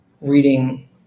reading